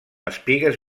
espigues